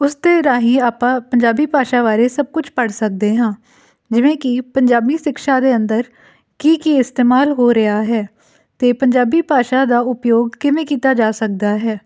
ਉਸਦੇ ਰਾਹੀਂ ਆਪਾਂ ਪੰਜਾਬੀ ਭਾਸ਼ਾ ਬਾਰੇ ਸਭ ਕੁਛ ਪੜ੍ਹ ਸਕਦੇ ਹਾਂ ਜਿਵੇਂ ਕਿ ਪੰਜਾਬੀ ਸਿਕਸ਼ਾ ਦੇ ਅੰਦਰ ਕੀ ਕੀ ਇਸਤੇਮਾਲ ਹੋ ਰਿਹਾ ਹੈ ਅਤੇ ਪੰਜਾਬੀ ਭਾਸ਼ਾ ਦਾ ਉਪਯੋਗ ਕਿਵੇਂ ਕੀਤਾ ਜਾ ਸਕਦਾ ਹੈ